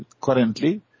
currently